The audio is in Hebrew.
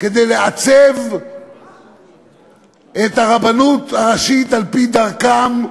לעצב את הרבנות הראשית על-פי דרכם,